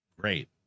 great